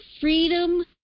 freedom